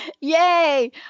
Yay